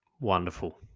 Wonderful